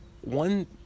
One